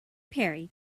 perry